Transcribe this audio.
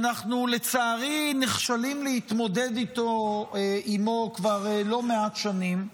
שלצערי אנחנו נכשלים להתמודד עימו כבר לא מעט שנים,